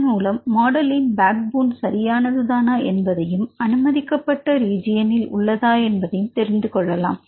இதன் மூலம் மாடலின் பேக் போன் சரியானதுதானா என்பதையும் அனுமதிக்கப்பட்ட ரெஜியோனில் உள்ளதா என்பதையும் தெரிந்துகொள்ளலாம்